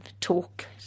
talk